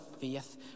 faith